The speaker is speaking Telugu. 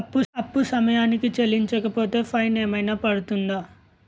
అప్పు సమయానికి చెల్లించకపోతే ఫైన్ ఏమైనా పడ్తుంద?